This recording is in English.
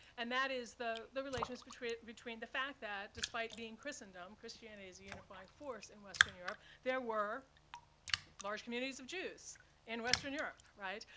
and that is the the relations between between the fact that, despite being christendom christianity is a unifying force in western europe there were large communities of jews in western europe, right?